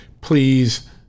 please